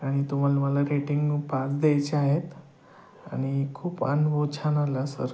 आणि तुम्हाला मला रेटिंग पाच द्यायचे आहेत आणि खूप अनुभव छान आला सर